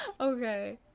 Okay